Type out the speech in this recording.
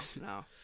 no